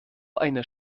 einer